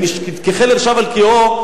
ככלב שב על קיאו,